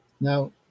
now